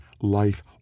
life